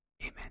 Amen